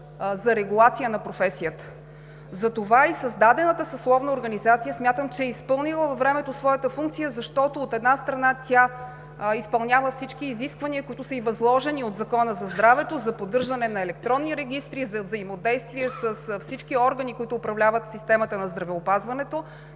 за регулация на професията. Затова и създадената съсловна организация смятам, че е изпълнила във времето своята функция, защото, от една страна, тя изпълнява всички изисквания, които са ѝ възложени от Закона за здравето – за поддържане на електронни регистри, за взаимодействие с всички органи, които управляват системата на здравеопазването.